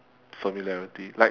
familiarity like